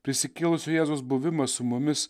prisikėlusio jėzaus buvimas su mumis